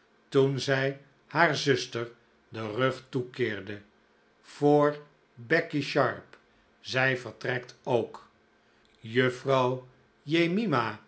toen zij haar zuster den rug toekeerde voor becky sharp zij vertrekt ook juffrouw jemima